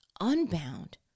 unbound